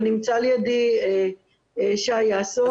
אבל נמצא לידי שי יאסו.